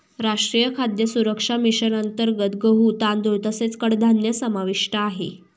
राष्ट्रीय खाद्य सुरक्षा मिशन अंतर्गत गहू, तांदूळ तसेच कडधान्य समाविष्ट आहे